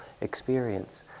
experience